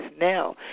now